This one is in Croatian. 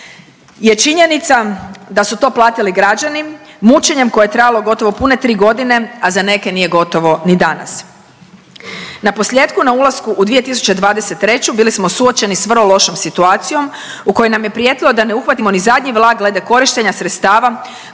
je činjenica da su to platili građani mučenjem koje je trajalo gotovo pune 3.g., a za neke nije gotovo ni danas. Naposljetku, na ulasku u 2023. bili smo suočeni s vrlo lošom situacijom u kojoj nam je prijetilo da ne uhvatimo ni zadnji vlak glede korištenja sredstava